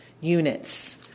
units